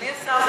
אדוני השר,